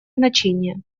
значение